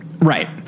Right